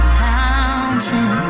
mountain